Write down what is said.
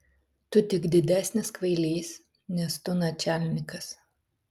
tu tik didesnis kvailys nes tu načialnikas